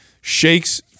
shakes